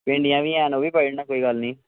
भिंडियां बी हैन ओह् बी पाई ओड़ना कोई गल्ल निं